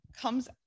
comes